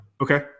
Okay